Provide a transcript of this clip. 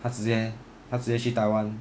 他直接他直接去 taiwan